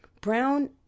Brown